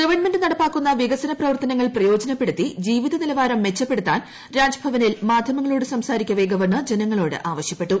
government നടപ്പാക്കുന്ന വികസന പ്രവർത്തനങ്ങൾ പ്രയോജനപ്പെടുത്തി ജീവിത നിലവാരം മെച്ചപ്പെടുത്താൻ രാജ്ഭവനിൽ മാധ്യമങ്ങളോട് സംസാരിക്കവെ ഗവർണർ ്ജനങ്ങളോട് ആവശ്യപ്പെട്ടു